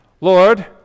Lord